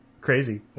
Crazy